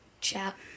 chat